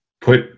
put